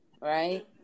right